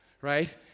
right